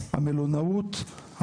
המלונאות,